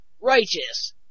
Righteous